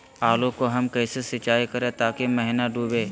आलू को हम कैसे सिंचाई करे ताकी महिना डूबे?